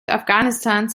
afghanistans